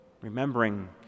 remembering